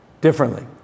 differently